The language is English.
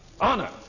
Honor